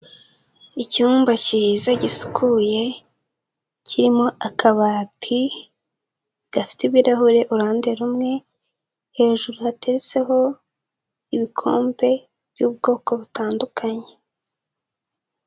Icyumba cyiza gisukuye, kirimo akabati gafite ibirahure uruhande rumwe, hejuru hatetseho ibikombe by'ubwoko butandukanye.